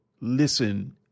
listen